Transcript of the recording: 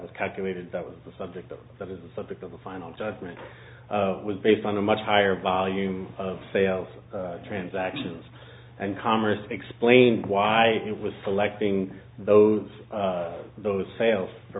was calculated that was the subject that is the subject of the final judgment was based on a much higher volume of sales transactions and commerce explained why it was selecting those those sales for